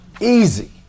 Easy